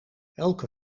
elke